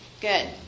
good